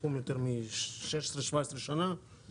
בתחום יותר מ-16-17 שנים,